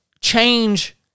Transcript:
change